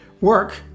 work